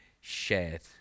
shared